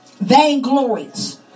vainglorious